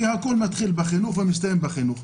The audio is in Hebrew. כי הכול מתחיל בחינוך ומסתיים בחינוך.